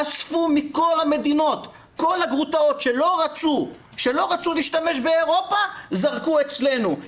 אספו מכל המדינות את כל הגרוטאות שלא רצו להשתמש באירופה זרקו אצלנו,